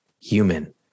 human